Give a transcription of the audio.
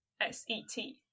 s-e-t